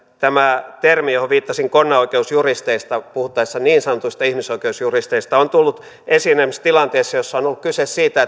tämä termi johon viittasin konnaoikeusjuristit puhuttaessa niin sanotuista ihmisoikeusjuristeista on tullut esiin esimerkiksi tilanteessa jossa on ollut kyse siitä